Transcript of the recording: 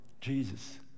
Jesus